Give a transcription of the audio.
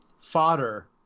fodder